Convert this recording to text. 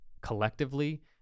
collectively